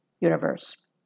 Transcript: universe